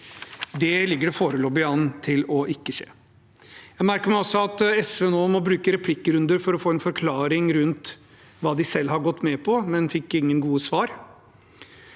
Det ligger foreløpig ikke an til å skje. Jeg merker meg også at SV nå må bruke replikkrunder for å få en forklaring rundt hva de selv har gått med på, men de har ikke fått gode svar.